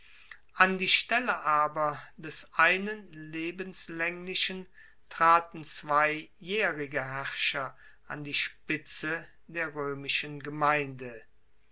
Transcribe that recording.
an die stelle aber des einen lebenslaenglichen traten zwei jaehrige herrscher an die spitze der roemischen gemeinde